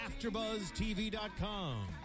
AfterbuzzTV.com